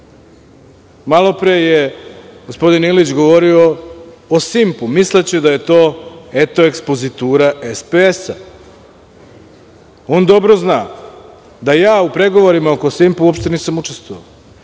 pre je gospodin Ilić govorio o „Simpu“, misleći da je to, eto, ekspozitura SPS. On dobro zna da o pregovorima oko „Simpa“ uopšte nisam učestvovao,